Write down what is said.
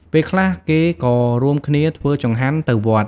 ពេលខ្លះ គេក៏រួមគ្នាធ្វើចង្ហាន់ទៅវត្ត។